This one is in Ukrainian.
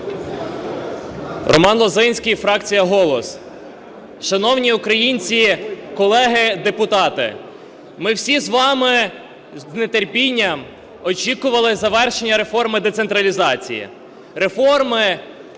Роман Лозинський, фракція "Голос". Шановні українці, колеги депутати! Ми всі з вами з нетерпінням очікували завершення реформи децентралізації.